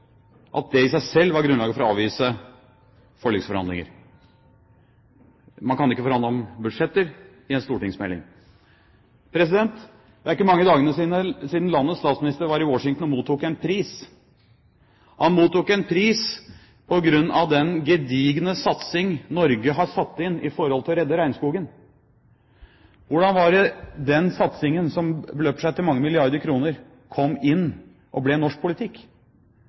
at det i seg selv var grunnlag for å avvise forliksforhandlinger – man kan ikke forhandle om budsjetter i forbindelse med en stortingsmelding. Det er ikke mange dager siden landets statsminister var i Washington og mottok en pris. Han mottok en pris for den gedigne satsing Norge har satt inn for å redde regnskogen. Hvordan var det den satsingen, som beløper seg til mange milliarder kroner, kom inn og ble norsk politikk?